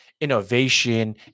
innovation